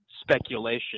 speculation